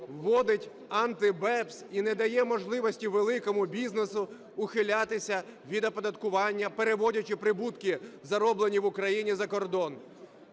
вводить AntiBEPS і не дає можливості великому бізнесу ухилятися від оподаткування, переводячи прибутки, зароблені в Україні, за кордон.